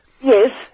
Yes